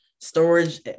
storage